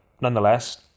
nonetheless